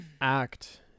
act